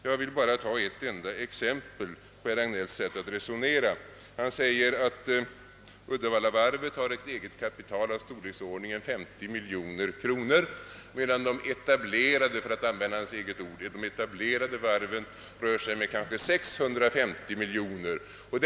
Jag vill bara ta ett enda exempel på herr Hagnelis sätt att resonera. Han säger att Uddevallavarvet har ett eget kapital av storleksordningen 50 miljoner kronor, medan de etablerade varven, för att använda hans eget uttryckssätt, kanske har ett kapital som rör sig om 650 miljoner kronor.